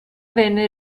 venne